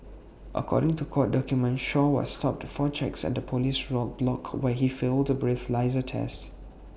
according to court documents Shaw was stopped for checks at A Police roadblock where he failed A breathalyser test